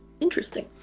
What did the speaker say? interesting